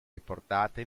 riportate